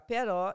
Pero